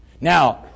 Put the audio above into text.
Now